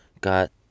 got